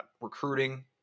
recruiting